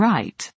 Right